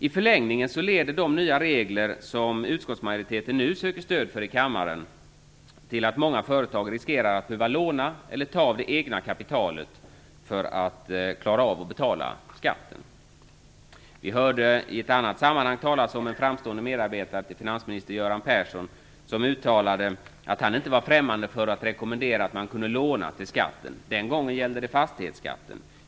I förlängningen leder de nya regler som utskottsmajoriteten nu söker stöd för i kammaren till att många företag riskerar att behöva låna eller att ta av det egna kapitalet för att betala skatten. Vi hörde i ett annat sammanhang en framstående medarbetare till finansminister Göran Persson som uttalade att han inte var främmande för att rekommendera att man lånade till skatten. Den gången gällde det fastighetsskatten.